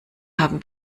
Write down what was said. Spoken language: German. haben